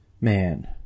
man